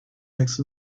next